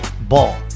Ball